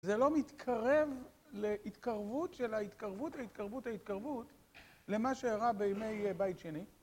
זה לא מתקרב להתקרבות של ההתקרבות, ההתקרבות, ההתקרבות למה שהרה בימי בית שני.